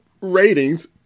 ratings